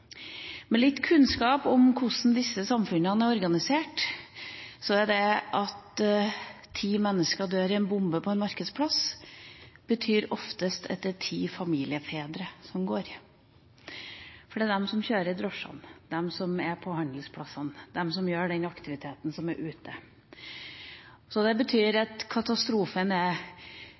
Med litt kunnskap om hvordan disse samfunnene er organisert, vet vi at når ti mennesker dør i en bombe på en markedsplass, betyr det oftest at det er ti familiefedre som går med. Det er de som kjører drosjene, de som er på handelsplassene, de som gjør aktiviteten som foregår ute. Det betyr at katastrofen er